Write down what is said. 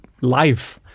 life